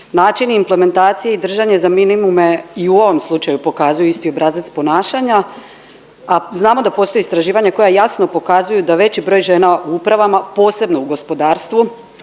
Način implementacije i držanje za minimume i u ovom slučaju pokazuju isti obrazac ponašanja, a znamo da postoje istraživanja koja jasno pokazuju da veći broj žena u upravama posebno u gospodarstvu